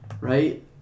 right